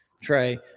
Trey